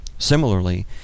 Similarly